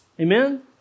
amen